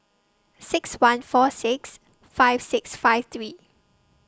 six one four six five six five three